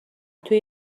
توی